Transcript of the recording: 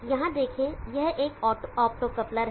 यहाँ देखें यह एक ऑप्टोकॉप्लर है